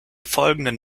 folgenden